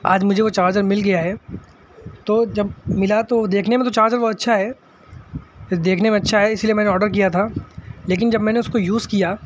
آج مجھے وہ چارجر مل گیا ہے تو جب ملا تو دیکھنے میں تو چارجر بہت اچھا ہے دیکھنے میں اچھا ہے اس لیے میں نے آڈر کیا تھا لیکن جب میں نے اس کو یوز کیا